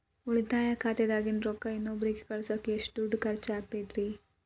ಉಳಿತಾಯ ಖಾತೆದಾಗಿನ ರೊಕ್ಕ ಇನ್ನೊಬ್ಬರಿಗ ಕಳಸಾಕ್ ಎಷ್ಟ ದುಡ್ಡು ಖರ್ಚ ಆಗ್ತೈತ್ರಿ?